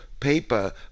paper